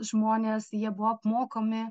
žmonės jie buvo apmokomi